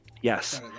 yes